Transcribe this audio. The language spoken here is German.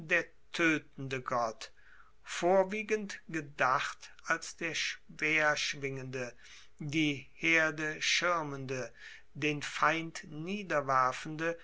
der toetende gott vorwiegend gedacht als der speerschwingende die herde schirmende den feind